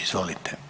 Izvolite.